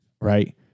right